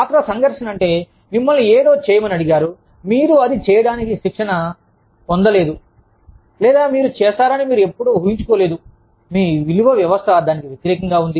పాత్ర సంఘర్షణ అంటే మిమ్మల్ని ఏదో చేయమని అడిగారు మీరు అది చేయటానికి శిక్షణ పొందలేదు లేదా మీరు చేస్తారని మీరు ఎప్పుడూ ఊహించుకోలేదు మీ విలువ వ్యవస్థ దానికి వ్యతిరేకంగా ఉన్నది